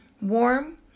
warm